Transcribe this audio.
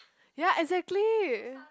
ya exactly